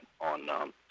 on –